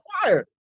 fire